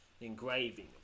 engraving